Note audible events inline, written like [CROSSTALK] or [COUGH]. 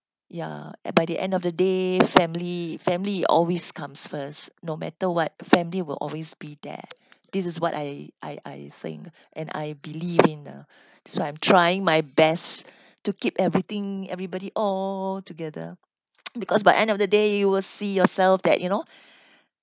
ya and by the end of the day family family always comes first no matter what family will always be there this is what I I I think and I believe in lah so I'm trying my best to keep everything everybody altogether [NOISE] because by end of the day you will see yourself that you know